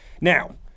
Now